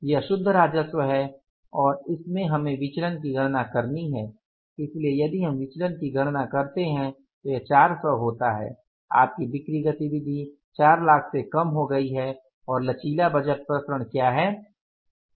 यह शुद्ध राजस्व है और इसमें हमें विचलन की गणना करनी है इसलिए यदि हम विचलन की गणना करते हैं तो यह 400 होता है आपकी बिक्री गतिविधि 400000 से कम हो गई है और लचीला बजट विचरण क्या है